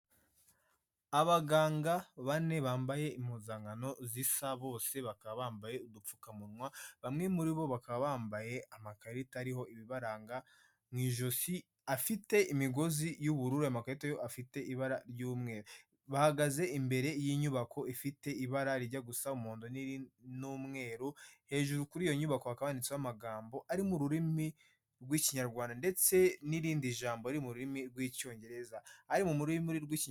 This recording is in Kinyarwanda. Abaganga bane bambaye impuzankano zisa bose, bakaba bambaye udupfukamunwa, bamwe muri bo bakaba bambaye amakarita ariho ibibaranga mu ijosi afite imigozi y'ubururu, amakarita yo afite ibara ry'umweru. Bahagaze imbere y'inyubako ifite ibara rijya gusa umuhondo n'umweru, hejuru kuri iyo nyubako kanditseho amagambo ari mu rurimi rw'ikinyarwanda ndetse n'irindi jambo riri mu rurimi rw'icyongereza. Ari mu rurimi rw'iki,.